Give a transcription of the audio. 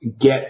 get